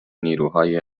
نیروهای